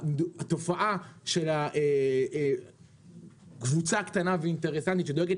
התופעה של קבוצה קטנה ואינטרסנטית שדואגת